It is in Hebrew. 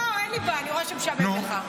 לא, אין לי בעיה, אני רואה שמשעמם לך.